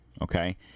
okay